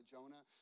Jonah